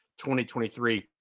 2023